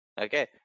Okay